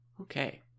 okay